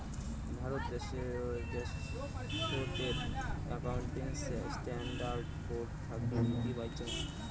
ভারত দ্যাশোতের accounting standard board থাকি নীতি পাইচুঙ